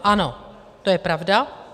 Ano, to je pravda.